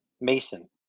Mason